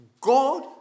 God